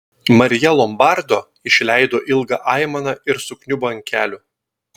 marija lombardo išleido ilgą aimaną ir sukniubo ant kelių